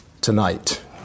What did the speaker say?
tonight